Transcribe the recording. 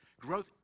Growth